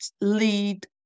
lead